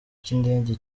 cy’indege